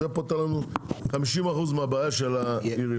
זה פותר לנו 50% מהבעיה של העיריות.